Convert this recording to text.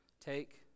Take